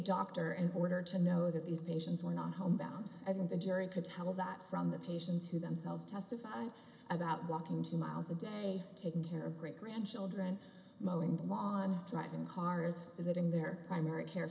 doctor and order to know that these patients were not home bound i think the jury could tell that from the patients who themselves testified about walking two miles a day taking care of great grandchildren mowen the law and driving cars visiting their primary care